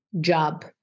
job